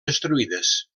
destruïdes